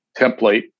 template